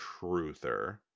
truther